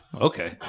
Okay